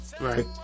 Right